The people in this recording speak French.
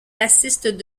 racistes